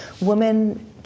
women